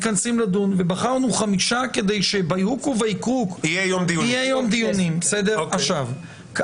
איך שזה מתכתב במציאות עם חיי היום יום של אזרחי ישראל.